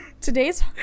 today's